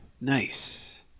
Nice